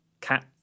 cat